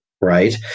Right